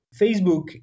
Facebook